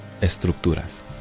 estructuras